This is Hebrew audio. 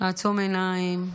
לעצום עיניים,